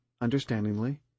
understandingly